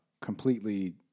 completely